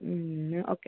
ഊ okay